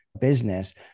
business